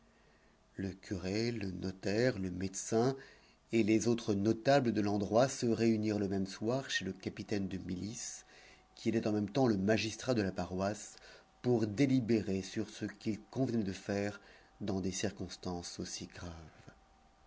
le curé le notaire le médecin et les autres notables de l'endroit se réunirent le même soir chez le capitaine de milice qui était en même temps le magistrat de la paroisse pour délibérer sur ce qu'il convenait de faire dans des circonstances aussi graves